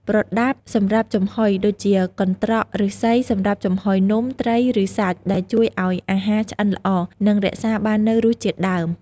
ប្រដាប់សម្រាប់ចំហុយ ៖ ដូចជា កន្ត្រកឫស្សីសម្រាប់ចំហុយនំ ត្រី ឬសាច់ ដែលជួយឱ្យអាហារឆ្អិនល្អ និងរក្សាបាននូវរសជាតិដើម។